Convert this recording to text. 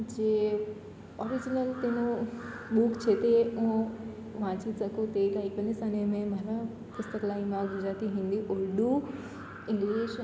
જે ઓરીજનલ તેનો બુક છે તે હું વાંચી શકું તે કાંઈક મને સને મેં મારા પુસ્તકાલયમાં ગુજરાતી હિન્દી ઉર્દૂ ઇંગ્લિશ એન્ડ